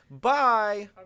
bye